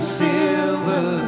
silver